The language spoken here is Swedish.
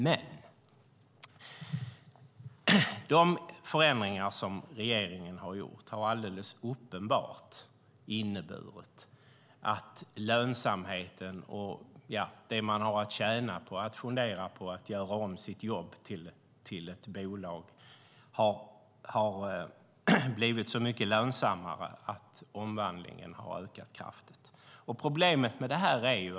Men de förändringar som regeringen har gjort har uppenbart inneburit att det har blivit mycket lönsammare att göra om sitt jobb till ett bolag, och omvandlingen har ökat kraftigt. Det finns ett problem med det här.